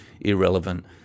irrelevant